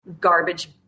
garbage